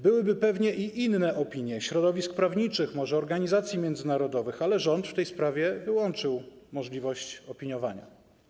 Byłyby pewnie i inne opinie - środowisk prawniczych, może organizacji międzynarodowych - ale rząd w tej sprawie wyłączył możliwość opiniowania.